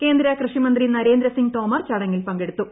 കേന്ദ്ര കൃഷിമന്ത്രി നരേന്ദ്ര സിംഗ് തോമർ ചടങ്ങിൽ പങ്കെടുത്തു